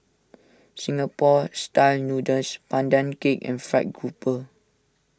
Singapore Style Noodles Pandan Cake and Fried Grouper